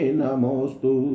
namostu